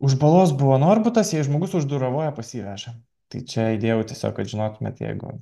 už balos buvo norbutas jei žmogus uždūravoja pas jį veža tai čia įdėjau tiesiog kad žinotumėt jeigu